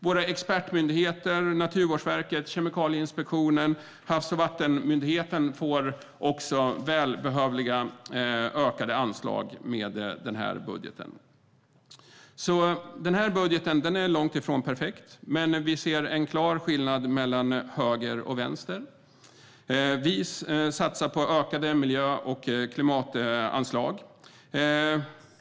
Våra expertmyndigheter Naturvårdsverket, Kemikalieinspektionen och Havs och vattenmyndigheten får också välbehövliga, ökade anslag med den här budgeten. Den här budgeten är långt ifrån perfekt, men vi ser en klar skillnad mellan höger och vänster. Vi satsar på ökade miljö och klimatanslag.